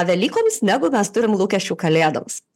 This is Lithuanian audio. velykoms negu mes turim lūkesčių kalėdoms